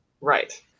Right